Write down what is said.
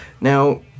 now